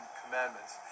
commandments